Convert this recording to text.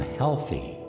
healthy